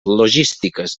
logístiques